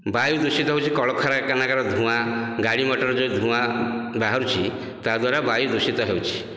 ବାୟୁ ଦୂଷିତ ହେଉଛି କଳକାରଖାନା ଧୂଆଁ ଗାଡ଼ି ମୋଟର୍ ରୁ ଯେଉଁ ଧୂଆଁ ବାହାରୁଛି ତାଦ୍ଵାରା ବାୟୁ ଦୂଷିତ ହେଉଛି